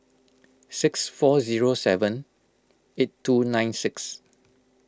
six four zero seven eight two nine six